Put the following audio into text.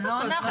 זה לא נכון.